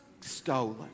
stolen